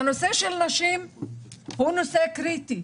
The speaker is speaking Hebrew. הנושא של נשים הוא קריטי.